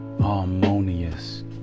harmonious